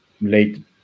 late